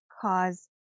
cause